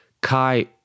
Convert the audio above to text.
Kai